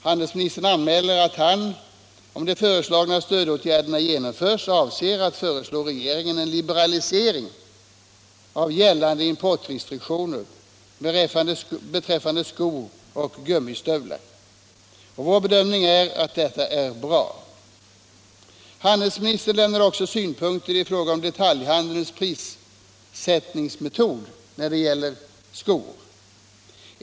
Handelsministern anmäler att han — om de föreslagna stödåtgärderna genomförs — avser att föreslå regeringen en liberalisering av gällande importrestriktioner beträffande skor och gummistövlar. Vår bedömning är att detta är bra. Handelsministern lämnar också synpunkter i fråga om detaljhandelns prissättningsmetod när det gäller skor.